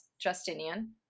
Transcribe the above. Justinian